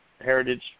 Heritage